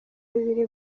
bibiri